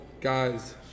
Guys